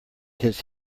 his